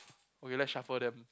okay let's shuffle them